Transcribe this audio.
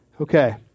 Okay